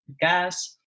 gas